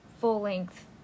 full-length